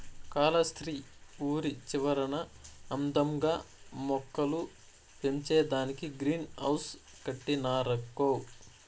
కాలస్త్రి ఊరి చివరన అందంగా మొక్కలు పెంచేదానికే గ్రీన్ హౌస్ కట్టినారక్కో